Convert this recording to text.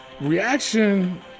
reaction